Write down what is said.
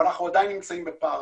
אבל אנחנו עדיין נמצאים בפער.